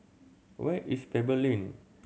where is Pebble Lane